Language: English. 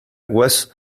was